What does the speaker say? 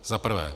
Za prvé.